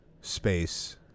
space